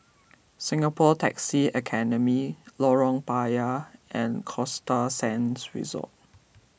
Singapore Taxi Academy Lorong Payah and Costa Sands Resort